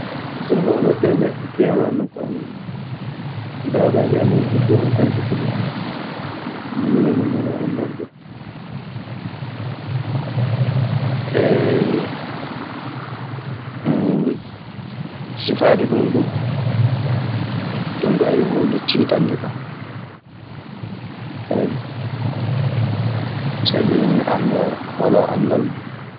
So ngoonga ɗee leɗɗe keewaa nokku amen gaa. Daabaaji amen ɗii duu ana panɗi ko ñaamata. Ndeen non minen min nganaa anndanɓe ɗu. Sifaade ɗun du jonkaa yo huunde tiiɗande kan, ayyo. Sabi mi anndaa… Mi walaa anndal mun.